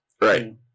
Right